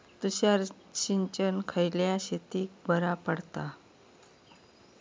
तुषार सिंचन खयल्या शेतीक बरा पडता?